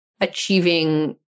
achieving